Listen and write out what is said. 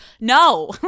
no